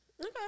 Okay